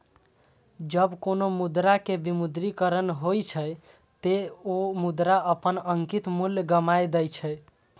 जब कोनो मुद्रा के विमुद्रीकरण होइ छै, ते ओ मुद्रा अपन अंकित मूल्य गमाय दै छै